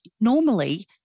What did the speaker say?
normally